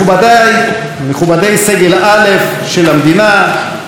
מכובדיי סגל א' של המדינה,